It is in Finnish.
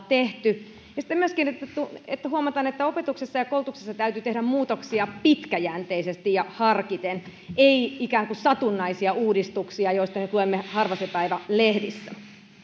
tehty ja sitten myöskin se että huomataan että opetuksessa ja koulutuksessa täytyy tehdä muutoksia pitkäjänteisesti ja harkiten ei ikään kuin satunnaisia uudistuksia joista nyt luemme harva se päivä lehdissä